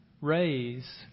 raise